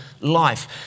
life